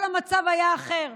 כל המצב היה אחר.